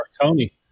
Tony